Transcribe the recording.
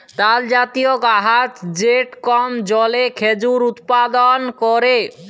তালজাতীয় গাহাচ যেট কম জলে খেজুর উৎপাদল ক্যরে